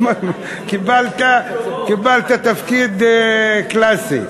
קיבלת תפקיד קלאסי.